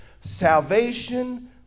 salvation